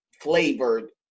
flavored